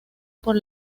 por